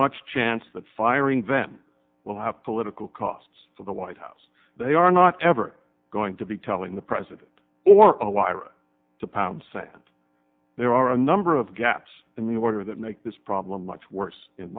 much chance that firing vent will have political costs for the white house they are not ever going to be telling the president or a wire to pound sand there are a number of gaps in the water that make this problem much worse in